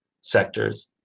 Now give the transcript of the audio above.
sectors